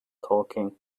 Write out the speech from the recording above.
talking